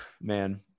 man